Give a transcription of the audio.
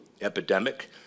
epidemic